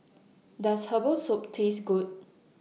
Does Herbal Soup Taste Good